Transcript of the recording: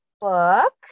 book